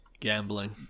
Gambling